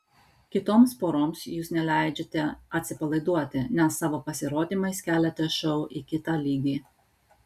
kitoms poroms jūs neleidžiate atsipalaiduoti nes savo pasirodymais keliate šou į kitą lygį